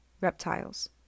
Reptiles